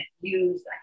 use